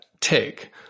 take